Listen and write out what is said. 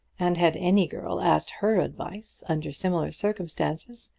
and had any girl asked her advice under similar circumstances,